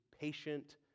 patient